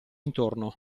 intorno